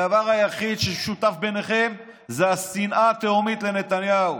הדבר היחיד שמשותף ביניכם זה השנאה התהומית לנתניהו.